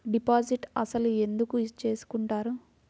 Deposit అసలు ఎందుకు చేసుకుంటారు?